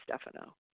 Stefano